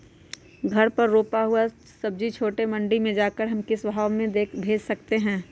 घर पर रूपा हुआ सब्जी छोटे मंडी में जाकर हम किस भाव में भेज सकते हैं?